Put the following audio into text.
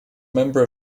member